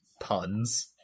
Puns